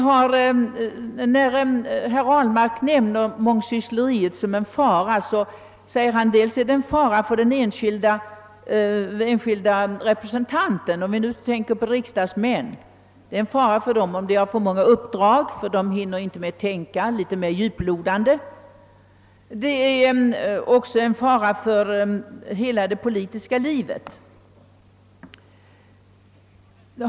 Herr Ahlmark sade, att mångsyssleriet var en fara, dels för den enskilde riksdagsmannen, som inte hinner med att tänka litet mer djuplodande, dels för hela det politiska livet.